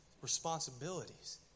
responsibilities